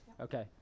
okay